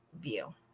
view